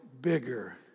bigger